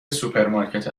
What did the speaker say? سوپرمارکت